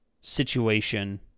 situation